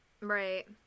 Right